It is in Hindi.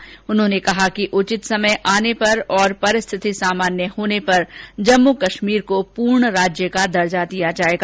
श्री शाह ने कहा कि उचित समय आने पर और परिस्थिति सामान्य होने पर जम्मू कश्मीर को पूर्ण राज्य का दर्जा दिया जायेगा